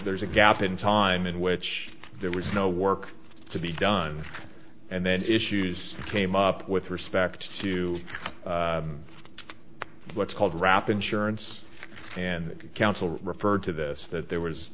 there's a gap in time in which there was no work to be done and then issues came up with respect to what's called rap insurance and council referred to this that there was